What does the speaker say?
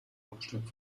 hauptstadt